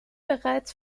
bereits